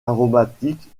aromatiques